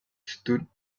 stood